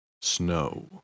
snow